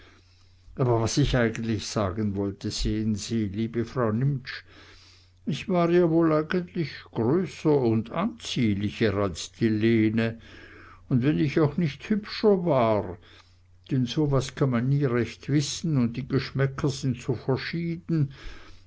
aber was ich eigentlich sagen wollte sehen sie liebe frau nimptsch ich war ja woll eigentlich größer und anziehlicher als die lene un wenn ich auch nicht hübscher war denn so was kann man nie recht wissen un die geschmäcker sind so verschieden